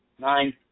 Nine